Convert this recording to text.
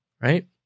Right